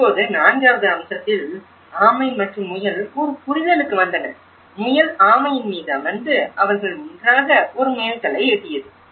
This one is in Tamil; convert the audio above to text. இப்போது நான்காவது அம்சத்தில் ஆமை மற்றும் முயல் ஒரு புரிதலுக்கு வந்தன முயல் ஆமை மீது அமர்ந்து அவர்கள் ஒன்றாக ஒரு மைல்கல்லை எட்டியது